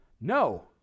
No